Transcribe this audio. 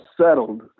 settled